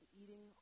eating